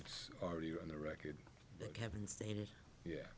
it's already on the record having stated yeah